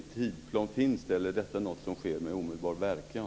Eller är detta något som sker med omedelbar verkan?